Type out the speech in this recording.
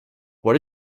what